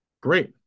Great